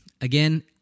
again